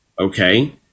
okay